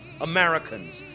Americans